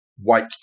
White